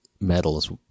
metals